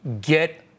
get